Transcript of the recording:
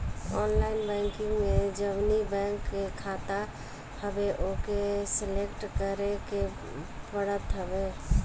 online banking में जवनी bank के खाता हवे ओके सलेक्ट करे के पड़त हवे